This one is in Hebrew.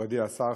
מכובדי השר,